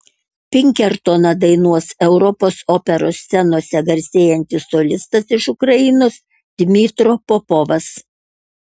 pinkertoną dainuos europos operos scenose garsėjantis solistas iš ukrainos dmytro popovas